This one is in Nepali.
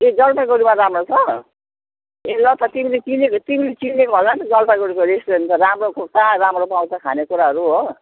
ए जलपाइगुडीमा राम्रो छ ए ल त तिमीले चिनेको तिमीले चिनेको होला नि त जलपाइगुडीको रेस्टुरेन्ट त राम्रो को कहाँ राम्रो पाउँछ खानेकुराहरू हो